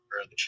early